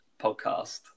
podcast